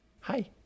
Hi